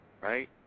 right